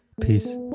Peace